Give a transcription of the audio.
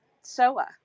Soa